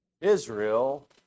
Israel